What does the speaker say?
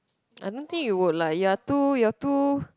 I don't think you would like you're too you're too